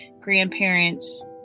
grandparents